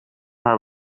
haar